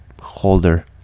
holder